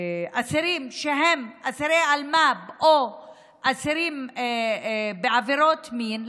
אסירים שהם אסירי אלמ"ב או אסירים על עבירות מין,